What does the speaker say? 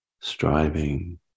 striving